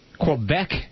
Quebec